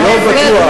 אני לא בטוח.